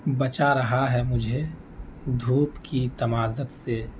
بچا رہا ہے مجھے دھوپ کی تمازت سے